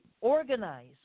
organize